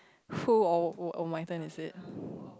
who or oh oh my turn is it